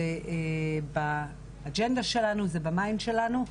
זה באג'נדה שלנו, זה בתודעה שלנו.